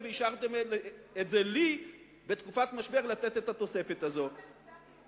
והשארתם לי לתת את התוספת הזאת בתקופת משבר.